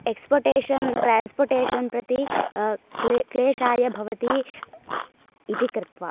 exportation transportation प्रति क्ले क्लेषाय भवति इति कृत्वा